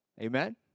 Amen